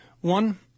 One